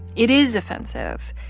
it is offensive.